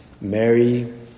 Mary